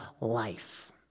life